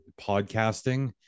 podcasting